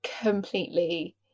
completely